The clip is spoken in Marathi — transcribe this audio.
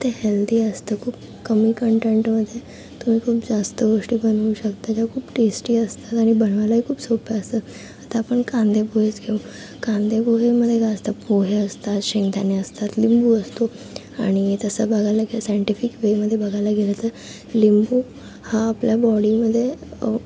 ते हेल्दी असतं खूप कमी कंटेन्टमध्ये तुम्ही खूप जास्त गोष्टी बनवू शकता त्या खूप टेस्टी असतात आणि बनवायलाही खूप सोप्या असतात आता आपण कांदेपोहेच घेऊ कांदेपोहेमध्ये काय असतं पोहे असतात शेंगदाणे असतात लिंबू असतो आणि तसं बघायला गे सायंटिफिक वेमध्ये बघायला गेलं तर लिंबू हा आपल्या बॉडीमध्ये